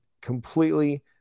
completely